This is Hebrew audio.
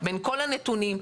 בכל הנתונים,